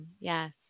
Yes